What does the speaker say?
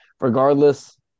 Regardless